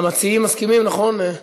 המציעים מסכימים, נכון?